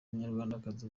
munyarwandakazi